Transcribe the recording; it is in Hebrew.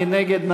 מי נגד?